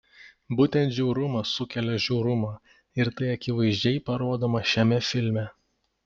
būtent žiaurumas sukelia žiaurumą ir tai akivaizdžiai parodoma šiame filme